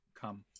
Come